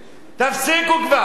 תפסיקו כבר.